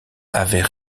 avait